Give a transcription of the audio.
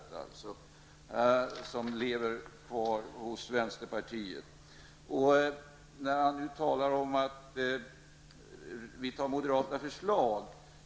Det finns fortfarande kvar hos vänsterpartiet. Lars-Ove Hagberg sade att vi genomför moderata förslag.